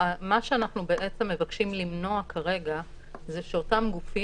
מה שאנחנו בעצם מבקשים למנוע כרגע זה שאותם גופים